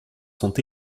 sont